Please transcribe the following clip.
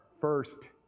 first